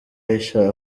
ahisha